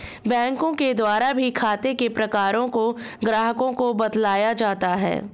बैंकों के द्वारा भी खाते के प्रकारों को ग्राहकों को बतलाया जाता है